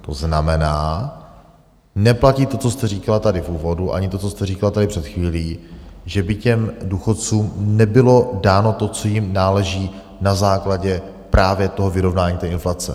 To znamená, neplatí to, co jste říkala tady v úvodu, ani to, co jste říkala tady před chvílí, že by těm důchodcům nebylo dáno to, co jim náleží, na základě právě toho vyrovnání té inflace.